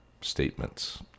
statements